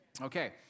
Okay